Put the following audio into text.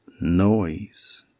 noise